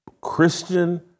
Christian